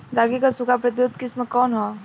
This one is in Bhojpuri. रागी क सूखा प्रतिरोधी किस्म कौन ह?